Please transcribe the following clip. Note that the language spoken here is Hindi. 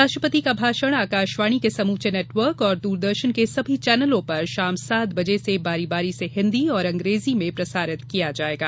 राष्ट्रपति का भाषण आकाशवाणी के समूचे नेटवर्क और दूरदर्शन के सभी चैनलों पर शाम सात बजे से बारी बारी से हिंदी और अंग्रेजी में प्रसारित किया जाएगा